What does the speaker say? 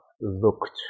looked